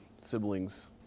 siblings